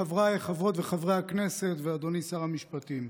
חבריי חברות וחברי הכנסת ואדוני שר המשפטים,